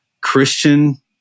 Christian